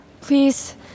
please